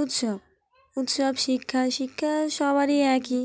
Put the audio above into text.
উৎসব উৎসব শিক্ষা শিক্ষা সবারই একই